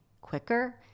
quicker